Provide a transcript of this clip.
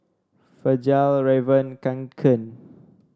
Fjallraven Kanken